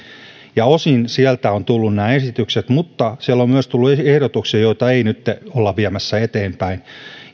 ja sieltä ovat osin tulleet nämä esitykset mutta siellä on tullut myös ehdotuksia joita ei nytten olla viemässä eteenpäin